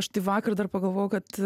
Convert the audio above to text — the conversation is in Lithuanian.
aš tai vakar dar pagalvojau kad